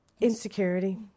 Insecurity